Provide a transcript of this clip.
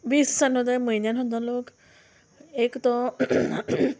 वीस जालो जाय म्हयन्यान सुद्दां लोक एक तो